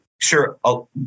sure